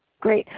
great.